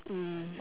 mm